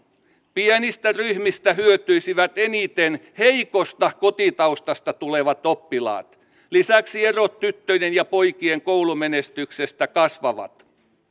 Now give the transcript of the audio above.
pienistä ryhmistä hyötyisivät eniten heikosta kotitaustasta tulevat oppilaat lisäksi erot tyttöjen ja poikien koulumenestyksessä kasvavat